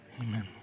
Amen